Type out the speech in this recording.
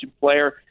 player